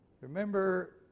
Remember